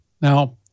Now